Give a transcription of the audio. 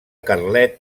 carlet